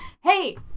hey